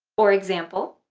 for example